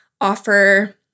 offer